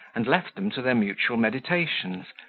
and left them to their mutual meditations,